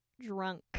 drunk